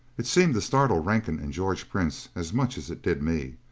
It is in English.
it seemed to startle rankin and george prince as much as it did me.